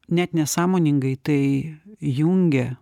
net nesąmoningai tai jungia